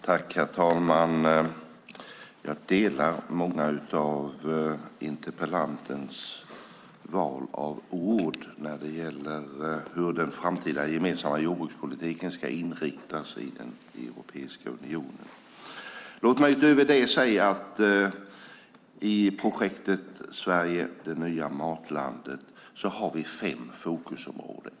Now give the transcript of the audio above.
Herr talman! Jag delar många av interpellantens val av ord när det gäller hur den framtida gemensamma jordbrukspolitiken ska inriktas i Europeiska unionen. Låt mig utöver det säga att vi i projektet Sverige - det nya matlandet har fem fokusområden.